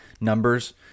numbers